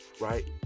right